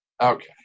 Okay